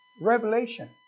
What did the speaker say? Revelation